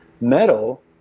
metal